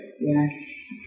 Yes